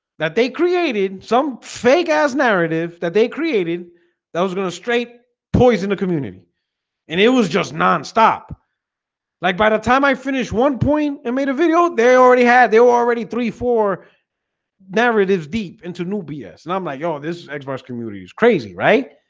that they created some fake-ass narrative that they created that was gonna straight poison the community and it was just non-stop like by the time i finished one point and made a video they already had they were already three four narratives deep into new bs and i'm like yo, this xbox community is crazy, right?